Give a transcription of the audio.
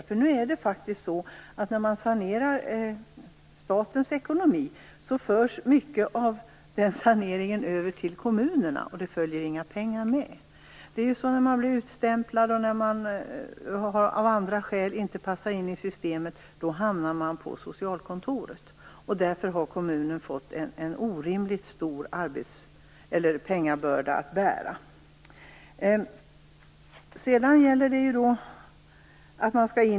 Det är verkligen önskvärt. När statens ekonomi saneras förs mycket av den saneringen över på kommunerna, men några pengar tillförs inte. När människor blir utstämplade och av andra skäl inte passar in i systemet hamnar de på socialkontoret. Därför har kommunerna fått en orimligt stor pengabörda att bära.